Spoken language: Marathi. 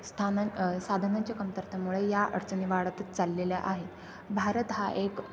स्थानां साधनांच्या कमतरतेमुळे या अडचणी वाढतच चाललेल्या आहेत भारत हा एक